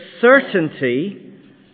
certainty